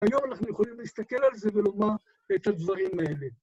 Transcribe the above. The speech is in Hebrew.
היום אנחנו יכולים להסתכל על זה ולומר את הדברים האלה.